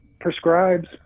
Prescribes